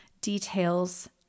details